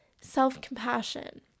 self-compassion